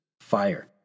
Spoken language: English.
Fire